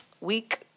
week